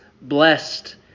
blessed